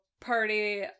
party